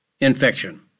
infection